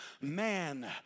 man